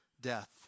death